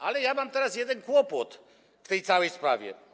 Ale ja mam teraz jeden kłopot w tej całej sprawie.